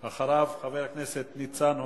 אחריו, חבר הכנסת ניצן הורוביץ,